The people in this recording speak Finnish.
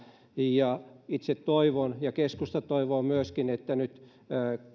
ja itse toivon ja keskusta toivoo myöskin että nyt